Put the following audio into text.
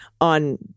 on